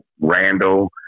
Randall